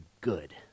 good